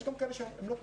יש גם כאלה שהם לא טובים,